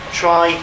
try